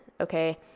Okay